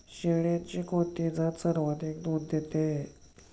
शेळ्यांची कोणती जात सर्वाधिक दूध देते?